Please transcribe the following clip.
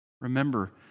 Remember